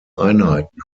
einheiten